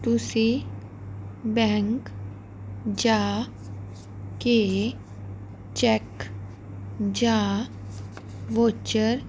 ਤੁਸੀਂ ਬੈਂਕ ਜਾ ਕੇ ਚੈੱਕ ਜਾਂ ਵਾਊਚਰ